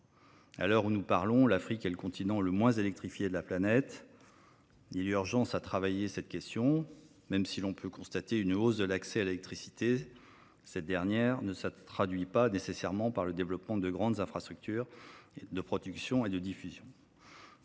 À l’heure où nous parlons, l’Afrique est le continent le moins électrifié de la planète ; il y a urgence à travailler cette question. Même si l’on peut constater une hausse de l’accès à l’électricité, elle ne se traduit pas nécessairement par le développement de grandes infrastructures de production et de diffusion.